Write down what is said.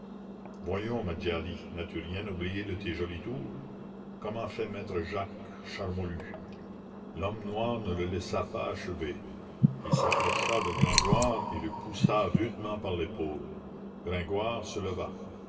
voyons ma djali n'as-tu rien oublié de tes jolis tours comment fait maître jacques charmolue l'homme noir ne le laissa pas achever il s'approcha de gringoire et le poussa rudement par l'épaule gringoire se leva